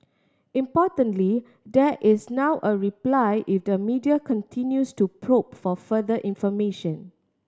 importantly there is now a reply if the media continues to probe for further information